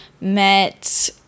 met